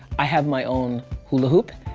i have my own hula hoop,